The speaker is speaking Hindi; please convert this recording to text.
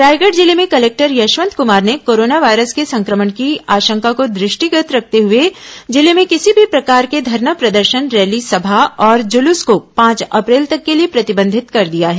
रायगढ़ जिले में कलेक्टर यशवंत कुमार ने कोरोना वायरस के संक्रमण की आशंका को दृष्टिगत रखते हुए जिले में किसी भी प्रकार के धरना प्रदर्शन रैली सभा और जुलूस को पांच अप्रैल तक के लिए प्रतिबंधित कर दिया है